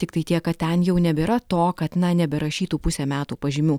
tiktai tiek kad ten jau nebėra to kad na neberašytų pusę metų pažymių